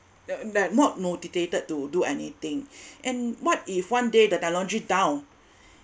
that not motivated to do anything and what if one day the technology down